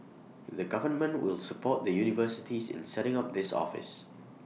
the government will support the universities in setting up this office